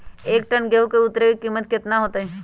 एक टन गेंहू के उतरे के कीमत कितना होतई?